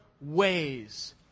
ways